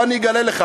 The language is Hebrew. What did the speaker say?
בוא אני אגלה לך.